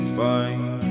fine